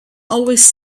always